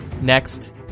next